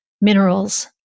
minerals